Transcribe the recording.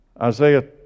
Isaiah